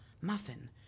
Muffin